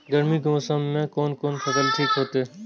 गर्मी के मौसम में कोन कोन फसल ठीक होते?